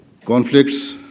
Conflicts